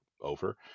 over